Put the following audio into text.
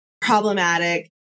problematic